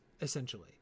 essentially